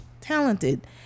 talented